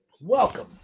Welcome